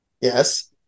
Yes